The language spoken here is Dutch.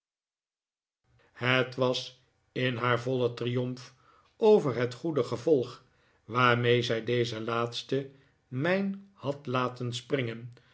het was in haar vollen triomf over het goede gevolg waarmee zij deze laatste mijn had laten springen